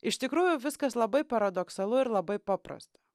iš tikrųjų viskas labai paradoksalu ir labai paprasta